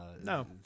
no